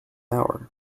hour